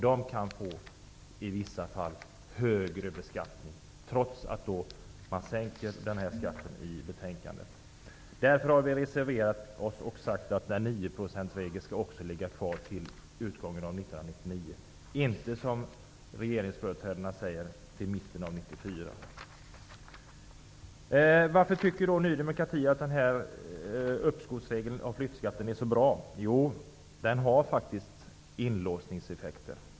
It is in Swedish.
De kan i vissa fall få högre beskattning, trots att skattesatsen sänks enligt betänkandet. Vi har därför reserverat oss för att 9-procentsregeln skall vara kvar till utgången av 1999, inte som regeringsföreträdarna säger till mitten av 1994. Varför tycker Ny demokrati att uppskovsregeln är så bra? Skatten har faktiskt inlåsningseffekter.